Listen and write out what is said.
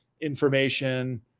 information